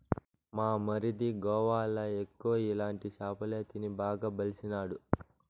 మా మరిది గోవాల ఎక్కువ ఇలాంటి సేపలే తిని బాగా బలిసినాడు